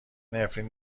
نفرین